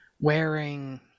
wearing